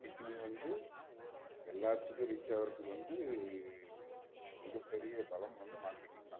marketing வந்து எல்லாத்துக்கும் reach ஆகுறதுக்கு வந்து மிகப்பெரிய பலம் வந்து மார்க்கெட்டிங் தான்